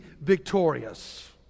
victorious